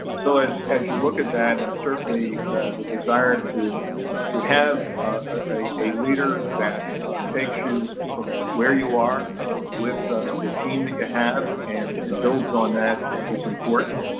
so as as you look at that, and certainly the desire to to have ah a leader that takes you from where you are with ah the team that you have and and builds on that is important.